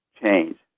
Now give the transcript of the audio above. change